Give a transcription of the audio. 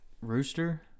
Rooster